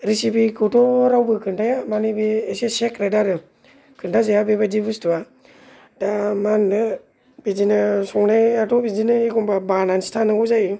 रेसिपिखौथ' रावबो खोनथाया माने बे एसे सिक्रेट आरो खोनथाजाया बेबायदि बुस्तुवा दा मा होननो बिदिनो संनायाथ' बिदिनो अखनबा बानानैसो थांनांगौ जायो